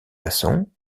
façons